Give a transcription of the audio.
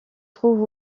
trouve